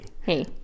Hey